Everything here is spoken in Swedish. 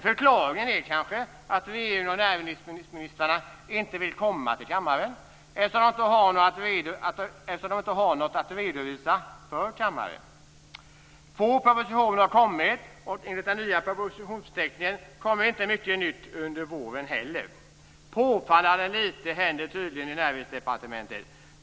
Förklaringen är kanske att regeringen och näringsministrarna inte vill komma till kammaren, eftersom de inte har något att redovisa för kammaren. Två propositioner har kommit, och enligt den nya propositionsförteckningen kommer inte mycket nytt under våren. Påfallande lite händer tydligen i Näringsdepartementet.